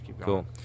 cool